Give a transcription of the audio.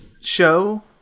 show